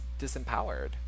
disempowered